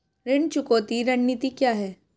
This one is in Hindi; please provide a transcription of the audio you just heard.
ऋण चुकौती रणनीति क्या है?